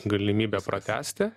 galimybe pratęsti